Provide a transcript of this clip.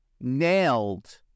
nailed